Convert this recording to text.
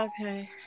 Okay